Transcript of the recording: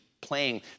playing